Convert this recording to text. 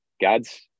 God's